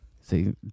See